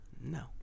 no